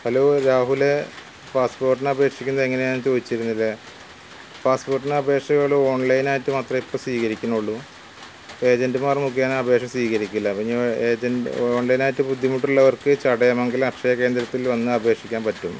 hello രാഹുലെ പാസ്പ്പോട്ടിന് അപേക്ഷിക്കുന്ന എങ്ങനെയാണെന്ന് ചോദിച്ചിരുന്നില്ലെ പാസ്പ്പോട്ടിന് അപേക്ഷകൾ ഓൺലൈനായിട്ട് മാത്രമേ ഇപ്പോൾ സ്വീകരിക്കുന്നുള്ളു ഏജന്റുമാർ മുഖേന അപേക്ഷ സ്വീകരിക്കില്ല അപ്പോൾ ഇനി ഏജെന്റ് ഓൺലൈനായിട്ട് ബുദ്ധിമുട്ടുള്ളവർക്ക് ചടയമങ്കലം അക്ഷയ കേന്ദ്രത്തിൽ വന്ന് അപേക്ഷിക്കാൻ പറ്റും